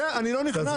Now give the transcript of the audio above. בסדר, אני לא נכנס לזה.